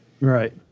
Right